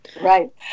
Right